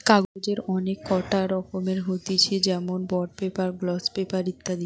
কাগজের অনেক কটা রকম হতিছে যেমনি বন্ড পেপার, গ্লস পেপার ইত্যাদি